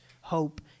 hope